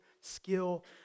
skill